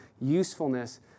usefulness